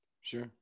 Sure